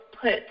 put